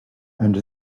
and